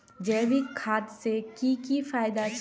जैविक खाद से की की फायदा छे?